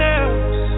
else